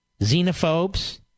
xenophobes